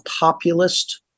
populist